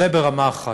אז זה ברמה אחת.